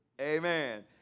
Amen